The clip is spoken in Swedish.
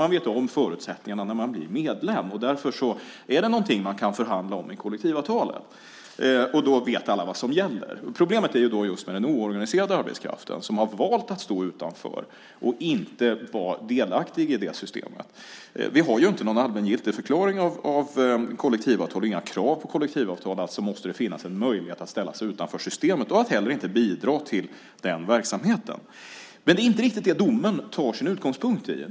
Man vet om förutsättningarna när man blir medlem, och därför är det någonting man kan förhandla om i kollektivavtalen. Då vet alla vad som gäller. Problemet är just den oorganiserade arbetskraften som har valt att stå utanför och inte vara delaktig i det systemet. Vi har inte någon allmängiltig förklaring av kollektivavtal och inga krav på kollektivavtal, alltså måste det finnas en möjlighet att ställa sig utanför systemet och att inte heller bidra till den verksamheten. Men det är inte riktigt det domen tar sin utgångspunkt i.